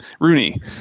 Rooney